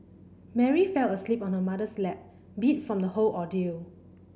Mary fell asleep on her mother's lap beat from the whole ordeal